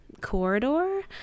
corridor